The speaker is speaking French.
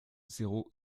zéro